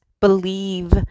Believe